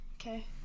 Okay